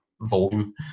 volume